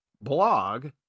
blog